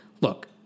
look